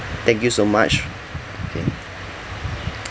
thank you so much okay